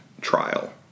trial